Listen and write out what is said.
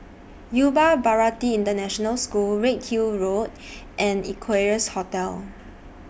Yuva Bharati International School Redhill Road and Equarius Hotel